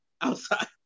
outside